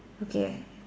okay